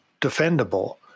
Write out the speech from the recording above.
defendable